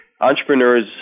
entrepreneurs